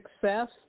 success